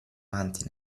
avanti